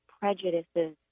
prejudices